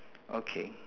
okay